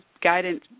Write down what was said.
guidance